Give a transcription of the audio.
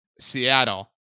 seattle